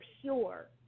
pure